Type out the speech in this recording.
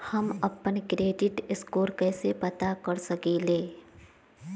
हम अपन credit score कैसे पता कर सकेली?